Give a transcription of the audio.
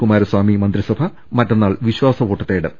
കുമാരസ്വാമി മന്ത്രിസഭ മറ്റന്നാൾ വിശ്വാസവോട്ട് തേടും